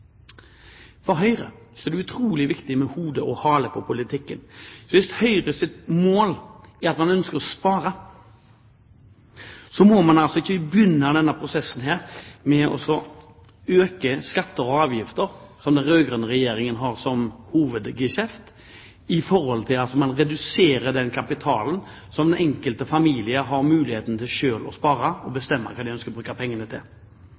for veldig mange unge mennesker. For Høyre er det utrolig viktig med hode og hale på politikken. Høyres mål er at man ønsker å spare, og da må man ikke begynne denne prosessen med å øke skatter og avgifter som den rød-grønne regjeringen har som hovedgeskjeft, for å redusere den kapitalen som den enkelte familie har mulighet til å spare og selv bestemme hva de ønsker å bruke pengene til.